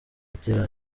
agira